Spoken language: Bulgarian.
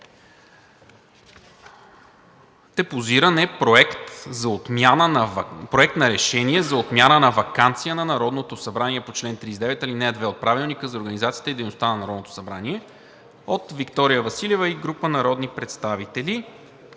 Депозиран е Проект на решение за отмяна на ваканцията на Народното събрание по чл. 39, ал. 2 от Правилника за организацията и дейността на Народното събрание от Виктория Василева и група народни представители.